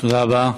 תודה רבה.